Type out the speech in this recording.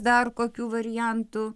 dar kokių variantų